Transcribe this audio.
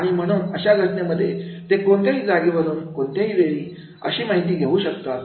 आणि म्हणून अशा घटनेमध्ये ते कोणत्याही जागेवरून कोणत्याही वेळी अशी माहिती घेऊ शकता